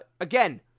again